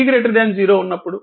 ఇది t 0 ఉన్నప్పుడు